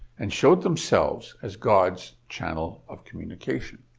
and shows themselves as god's channel of communication.